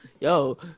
Yo